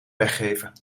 weggeven